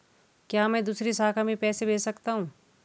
क्या मैं दूसरी शाखा में पैसे भेज सकता हूँ?